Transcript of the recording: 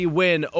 win